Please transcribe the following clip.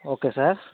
okay sir